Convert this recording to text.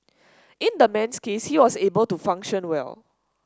in the man's case he was able to function well